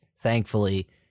thankfully